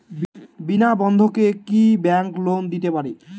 বিনা বন্ধকে কি bank loan দিতে পারে?